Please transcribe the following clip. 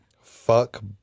Fuck